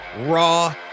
raw